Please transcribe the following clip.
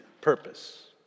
purpose